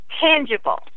tangible